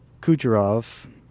Kucherov